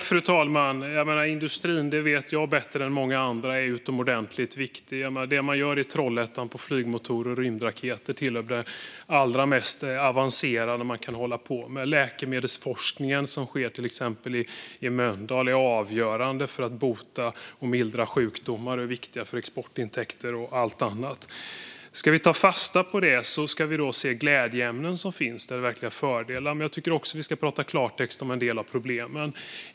Fru talman! Jag vet bättre än många andra att industrin är utomordentligt viktig. Det man gör i Trollhättan med flygmotorer och rymdraketer tillhör det allra mest avancerade man kan hålla på med. Den läkemedelsforskning som sker i till exempel Mölndal är avgörande för att bota och mildra sjukdomar och är viktig för exportintäkter och allt annat. Om vi ska ta fasta på detta ska vi se de glädjeämnen som finns och de verkliga fördelarna, men jag tycker också att vi ska prata klartext om en del av problemen.